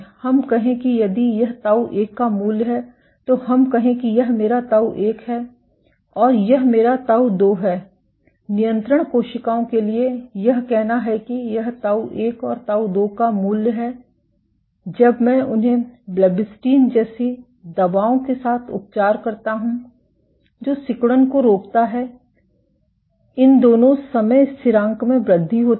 हम कहें कि यदि यह ताऊ 1 का मूल्य है तो हम कहें कि यह मेरा ताऊ 1 है और यह मेरा ताऊ 2 है नियंत्रण कोशिकाओं के लिए यह कहना है कि यह ताऊ 1 और ताऊ 2 का मूल्य है जब मैं उन्हें ब्लेबिस्टैटिन बीएलबीबी जैसी दवाओं के साथ उपचार करता हूं जो सिकुड़न को रोकता है इन दोनों समय स्थिरांक में वृद्धि होती है